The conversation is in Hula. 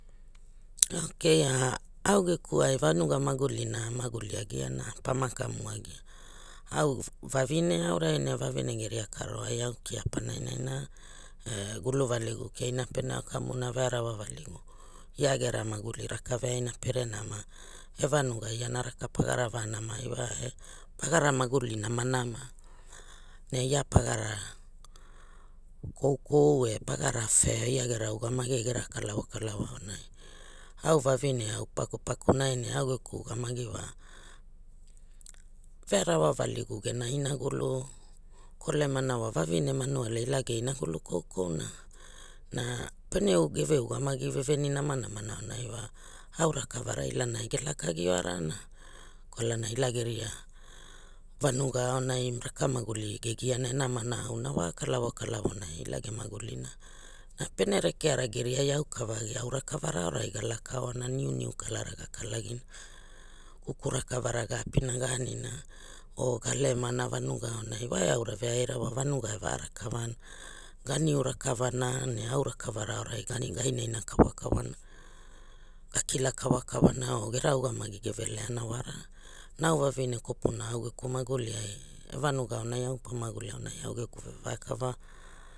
Ok a au geku ai vanuga magulina a maguli agiana pana kamuagia au vavine aurai ne vavine geria karoai au kia pana inaina e gulu valigu keina pana ao kamuna vearawa valigu pere au kamuna vearawa valigu ia gera mahuli raka veaina pere nama e vanuga iana raka pagara vanama iwa e pagara fair ia gera ugamagi e ia gera kalav kalavo aonai, au vavine au paku paleu nai ne au geku ugamagi wa ve ovaova valigu gena inagulu kolemana wa vavine manuole ia ge inagulu koukouna na pene o geve ugamagi veveni namanamana aonai wa au rakaiara ilana ai ge laka agi oa rana kwalana ila geria vanuga aunai raka maguli ge giana e namana auna wa kalara kalavo kalavo na ila ge magulina na pere rekeara geriai aukavagi au rakavara aorai ga laka oana niuniu kalara ga kalagina kuku rakavara ga apina ga anina or ga euana vanuga aonai wa eau veaira wa vanuga eva rakavana ga niu rakavana ne au rakavara aurai ga ga inaina kawakawa na ga kila kawa kawa na or era ugamagi geve leana wara nao vavine kwapona au geku maguliai e vanuga aunai au pamaguli aunai au geku veva kala.